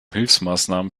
hilfsmaßnahmen